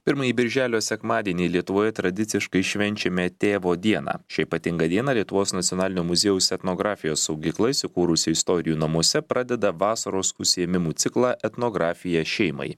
pirmąjį birželio sekmadienį lietuvoje tradiciškai švenčiame tėvo dieną šią ypatingą dieną lietuvos nacionalinio muziejaus etnografijos saugykla įsikūrusi istorijų namuose pradeda vasaros užsiėmimų ciklą etnografija šeimai